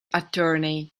attorney